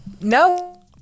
No